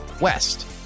west